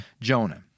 Jonah